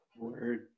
Word